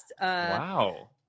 Wow